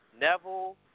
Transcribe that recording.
Neville